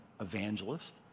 evangelist